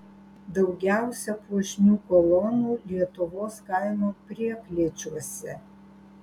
daugiausia puošnių kolonų lietuvos kaimo prieklėčiuose